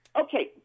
Okay